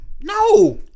No